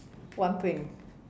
one thing